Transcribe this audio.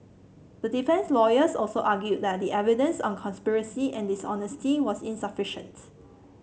the defence lawyers also argued that the evidence on conspiracy and dishonesty was insufficient